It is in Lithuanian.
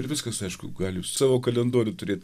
ir viskas aišku galiu savo kalendorių turėt